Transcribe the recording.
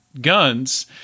guns